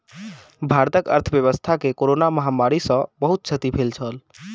भारतक अर्थव्यवस्था के कोरोना महामारी सॅ बहुत क्षति भेल छल